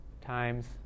times